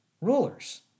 rulers